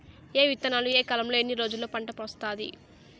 ఏ విత్తనాలు ఏ కాలంలో ఎన్ని రోజుల్లో పంట వస్తాది?